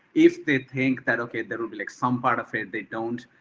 if they think that, okay, there'll be like some part of it they don't,